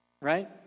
Right